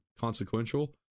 consequential